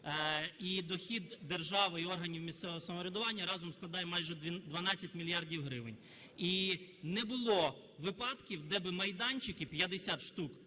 і дохід держави і органів місцевого самоврядування разом складає майже 12 мільярдів гривень. І не було випадків, де би майданчики, 50 штук,